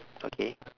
okay